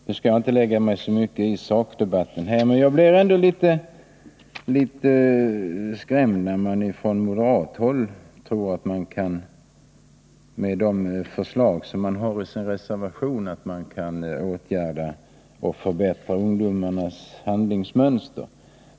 Jag skall inte lägga mig så mycket i sakdebatten, men jag vill ändå säga att jag blev litet skrämd att höra att man från moderathåll tror att man med de förslag som framförts i reservationen kan förbättra ungdomarnas handlingsmönster i det här avseendet.